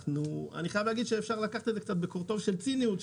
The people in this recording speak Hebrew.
אני חייב להגיד שאפשר לקחת את זה קצת בקורטוב של ציניות,